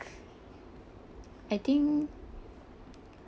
I think